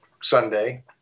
Sunday